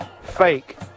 fake